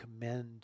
commend